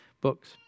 books